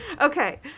Okay